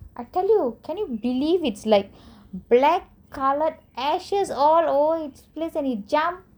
I tell you can you believe it's like black colour ashes all over the place and it jump